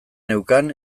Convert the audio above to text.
neukan